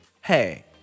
hey